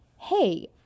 Hey